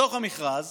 בתוך המכרז